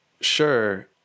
Sure